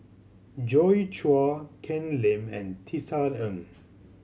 Joi Chua Ken Lim and Tisa Ng